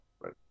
Right